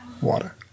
Water